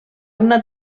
una